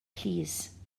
plîs